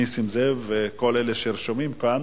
נסים זאב וכל אלה שרשומים כאן.